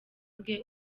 bwe